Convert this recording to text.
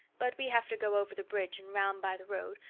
but we have to go over the bridge and round by the road,